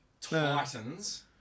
Titans